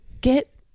get